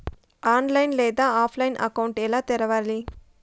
online లేదా ఆఫ్లైన్లో account ఎలా తెరవాలి